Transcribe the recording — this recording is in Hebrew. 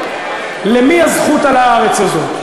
למי הזכות על הארץ הזאת?